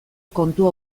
kontu